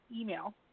email